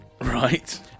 Right